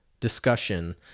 discussion